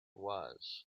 was